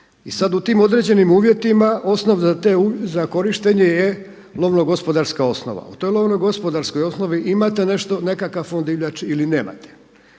I sada u tim određenim uvjetima, osnov za korištenje je lovno gospodarska osnova. U toj lovno gospodarskoj osnovi imate nešto, nekakav fond divljači ili nemate.